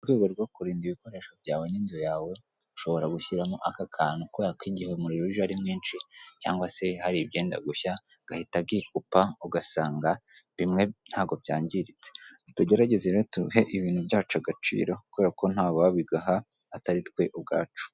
Mu rwego rwo kurinda ibikoresho byawe n'inzu yawe, ushobora gushyiramo aka kantu kubera ko igihe umuriro uje ari mwinshi cyangwa se hari ibyenda gushya, gahita gakupa ugasanga bimwe ntabwo byangiritse. Tugerageze rero duhe ibintu byacu agaciro kubera ko nta wabigaha atari twe ubwacu.